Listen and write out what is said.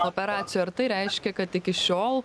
operacijų ar tai reiškia kad iki šiol